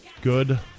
good